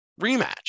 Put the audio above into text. rematch